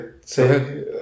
say